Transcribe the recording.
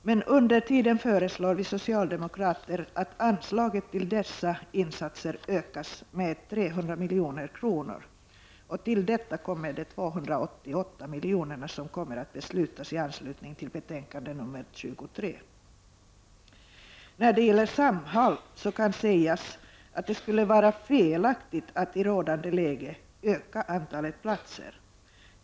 Men under tiden föreslår vi socialdemokrater att anslaget till dessa insatser ökas med 300 milj.kr. Till detta kommer de 288 miljonerna som vi kommer att besluta om i anslutning till betänkande nr 23. När det gäller Samhall så kan det sägas, att det skulle vara felaktigt att i rådande läge öka antalet platser.